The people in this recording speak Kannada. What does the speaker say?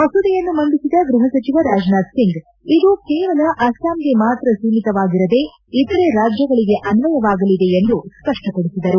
ಮಸೂದೆಯನ್ನು ಮಂಡಿಸಿದ ಗೃಪಸಚಿವ ರಾಜನಾಥ್ ಸಿಂಗ್ ಇದು ಕೇವಲ ಅಸ್ಸಾಂಗೆ ಮಾತ್ರ ಸೀಮಿತವಾಗಿರದೆ ಇತರೆ ರಾಜ್ಗಳಿಗೆ ಅನ್ನಯವಾಗಲಿದೆ ಎಂದು ಸ್ಪಷ್ಪಡಿಸಿದರು